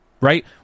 right